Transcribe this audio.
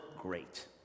great